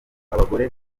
abagore